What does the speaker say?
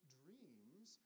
dreams